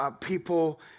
people